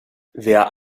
wer